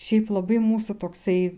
šiaip labai mūsų toksai